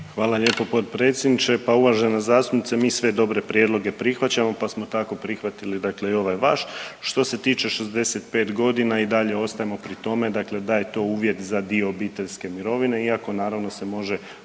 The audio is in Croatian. Hvala lijepo potpredsjedniče. Pa uvažena zastupnice mi sve dobre prijedloge prihvaćamo, pa smo tako prihvatili dakle i ovaj vaš. Što se tiče 65.g. i dalje ostajemo pri tome dakle da je to uvjet za dio obiteljske mirovine iako naravno se može